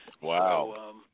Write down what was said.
Wow